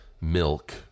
Milk